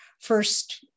First